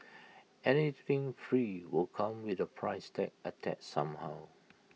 anything free will come with A price tag attached somehow